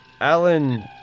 Alan